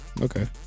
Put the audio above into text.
Okay